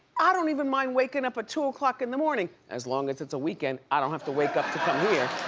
i don't even mind waking up at two o'clock in the morning, as long as it's a weekend. i don't have to wake up to come here.